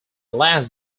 last